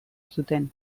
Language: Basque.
zuten